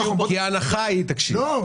אתה יודע